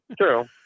True